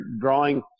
drawing